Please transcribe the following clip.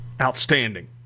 outstanding